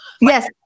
Yes